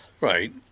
Right